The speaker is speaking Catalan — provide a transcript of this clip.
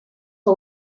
que